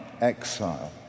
exile